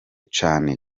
cane